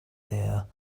there